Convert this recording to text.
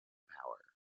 power